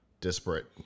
disparate